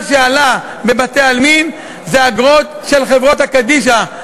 מה שעלה בבתי-העלמין זה האגרות של חברות קדישא,